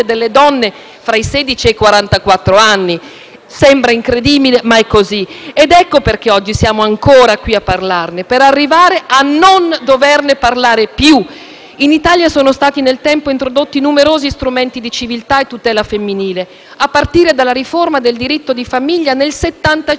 quarantaquattro anni. Ecco perché oggi siamo ancora qui a parlarne. Per arrivare a non doverne parlare più. In Italia, sono stati nel tempo introdotti numerosi strumenti di civiltà e tutela femminile, a partire dalla riforma del diritto di famiglia nel 1975 quando finalmente la donna